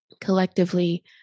collectively